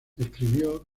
escribió